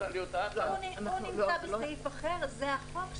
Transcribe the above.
הוא נמצא בסעיף אחר, זה החוק --- דגנית,